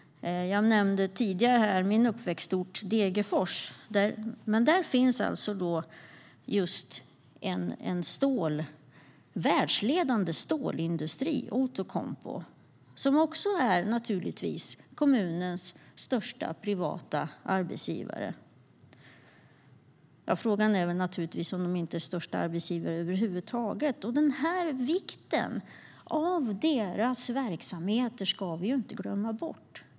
Jag nämnde tidigare min uppväxtort Degerfors. Där finns en världsledande stålindustri, Outokumpu, som också är kommunens största privata arbetsgivare. Frågan är om man inte är största arbetsgivare över huvud taget. Vikten av dessa verksamheter ska vi inte glömma bort.